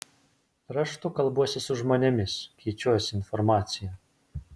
raštu kalbuosi su žmonėmis keičiuosi informacija